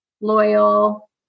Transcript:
loyal